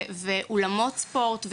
של אולמות ספורט,